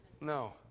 No